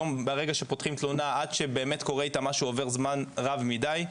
היום ברגע שפותחים תלונה עד שבאמת קורה איתה משהו עובר זמן רב מדי.